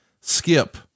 skip